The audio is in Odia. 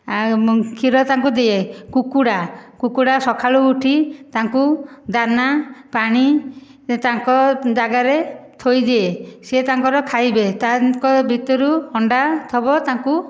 ଆଉ କ୍ଷୀର ତାଙ୍କୁ ଦିଏ କୁକୁଡ଼ା କୁକୁଡ଼ା ସକାଳୁ ଉଠି ତାଙ୍କୁ ଦାନା ପାଣି ତାଙ୍କ ଜାଗାରେ ଥୋଇ ଦିଏ ସିଏ ତାଙ୍କର ଖାଇବେ ତାଙ୍କ ଭିତରୁ ଅଣ୍ଡା ଥିବ ତାଙ୍କୁ